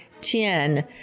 ten